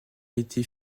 été